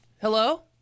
Hello